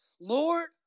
Lord